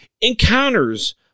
encounters